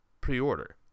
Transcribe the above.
pre-order